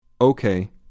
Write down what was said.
Okay